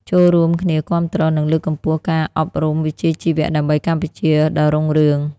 ចូររួមគ្នាគាំទ្រ និងលើកកម្ពស់ការអប់រំវិជ្ជាជីវៈដើម្បីកម្ពុជាដ៏រុងរឿង។